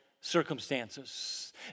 circumstances